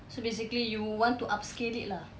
so basically you want to upscale it lah